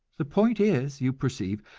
the point is, you perceive,